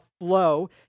flow